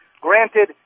Granted